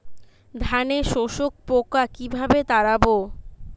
ধানে শোষক পোকা কিভাবে তাড়াব?